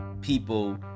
people